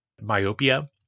myopia